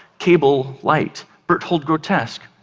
kabel light, berthold-grotesk,